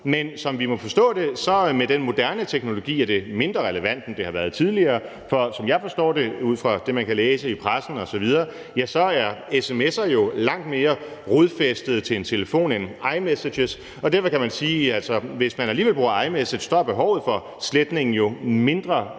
men som vi må forstå det, er det med den moderne teknologi mindre relevant, end det har været tidligere. For som jeg forstår det ud fra det, man kan læse i pressen osv., så er sms'er jo langt mere rodfæstet til en telefon end iMessagebeskeder, og derfor kan man sige, at hvis man alligevel bruger iMessagebeskeder, så er behovet for sletningen jo mindre